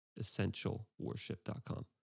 Essentialworship.com